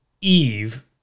Eve